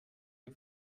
der